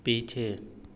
पीछे